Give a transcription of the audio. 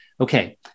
Okay